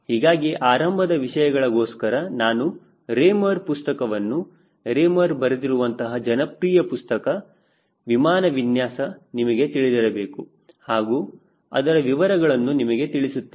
ಹೀಗಾಗಿ ಆರಂಭದ ವಿಷಯಗಳ ಗೋಸ್ಕರ ನಾನು ರೆಮರ ಪುಸ್ತಕವನ್ನು ರೆಮರ ಬರೆದಿರುವಂತಹ ಜನಪ್ರಿಯ ಪುಸ್ತಕ ವಿಮಾನ ವಿನ್ಯಾಸ ನಿಮಗೆ ತಿಳಿದಿರಬೇಕು ಹಾಗೂ ಅದರ ವಿವರಗಳನ್ನು ನಿಮಗೆ ತಿಳಿಸುತ್ತೇನೆ